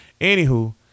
Anywho